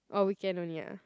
oh weekend only ah